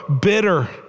bitter